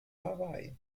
hawaii